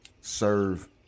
serve